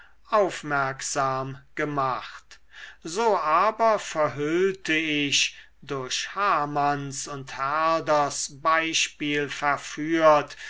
aufmerksam gemacht so aber verhüllte ich durch hamanns und herders beispiel verführt